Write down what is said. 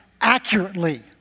accurately